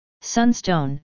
Sunstone